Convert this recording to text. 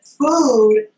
food